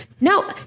No